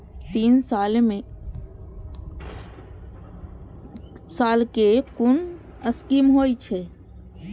तीन साल कै कुन स्कीम होय छै?